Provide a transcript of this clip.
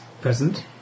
present